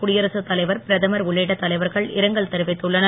குடியரசுத் தலைவர் பிரதமர் உள்ளிட்ட தலைவர்கள் இரங்கல் தெரிவித்துள்ளனர்